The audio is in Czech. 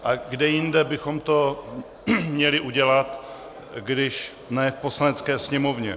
A kde jinde bychom to měli udělat, když ne v Poslanecké sněmovně?